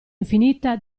infinita